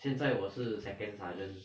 现在我是 second sergeant